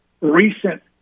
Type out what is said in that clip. recent